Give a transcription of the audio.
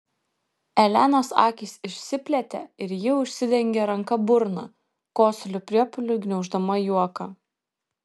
elenos akys išsiplėtė ir ji užsidengė ranka burną kosulio priepuoliu gniauždama juoką